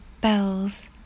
bells